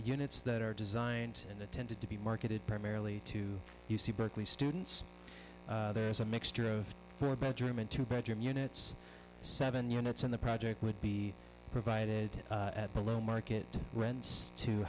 units that are designed and intended to be marketed primarily to u c berkeley students there's a mixture of her bedroom and two bedroom units seven units in the project would be provided at below market rents t